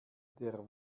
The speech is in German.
der